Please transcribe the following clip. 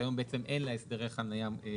שהיום בעצם אין לה אזורי חנייה.